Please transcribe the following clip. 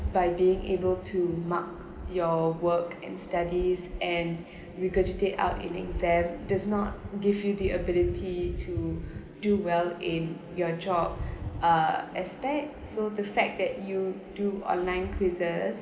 by being able to mark your work and studies and regurgitate out in exam does not give you the ability to do well in your job uh aspect so the fact that you do online quizzes